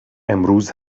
امروز